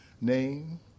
name